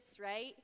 right